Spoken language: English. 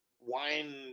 wine